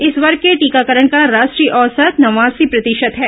इस वर्ग के टीकाकरण का राष्टीय औसत नवासी प्रतिशत है